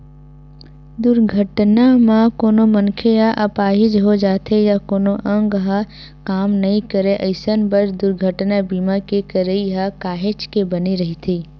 दुरघटना म कोनो मनखे ह अपाहिज हो जाथे या कोनो अंग ह काम नइ करय अइसन बर दुरघटना बीमा के करई ह काहेच के बने रहिथे